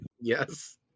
Yes